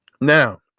Now